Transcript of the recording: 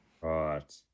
Right